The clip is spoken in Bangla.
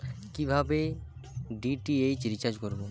কিভাবে ডি.টি.এইচ রিচার্জ করব?